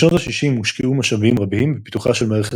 בשנות ה-60 הושקעו משאבים רבים בפיתוחה של מערכת